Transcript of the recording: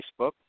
Facebook